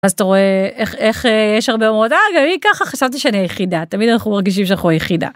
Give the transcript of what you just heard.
אז אתה רואה איך יש הרבה מאוד אני ככה חשבתי שאני היחידה תמיד אנחנו מרגישים שאנחנו היחידים.